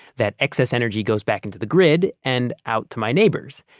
that excess energy goes back into the grid and out to my neighbors.